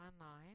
online